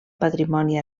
patrimoni